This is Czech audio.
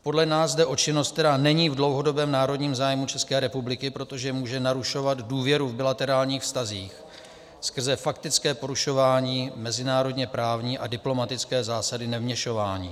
Podle nás jde o činnost, která není v dlouhodobém národním zájmu České republiky, protože může narušovat důvěru v bilaterálních vztazích skrze faktické porušování mezinárodněprávní a diplomatické zásady nevměšování.